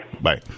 Bye